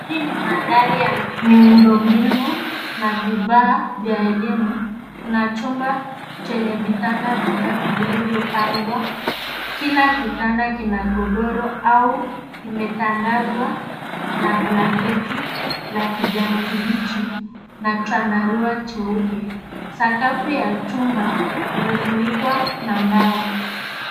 Hii ni mandhari ya miundo mbinu, na vifaa vya elimu. Kuna chumba chenye vitanda vitatu vilivyopangwa, kila kitanda kina godoro au kimetandazwa na blanketi, na kijani kibichi, na chandarua cheupe. Sakafu ya chumba, imefunikwa na mbao.